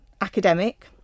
academic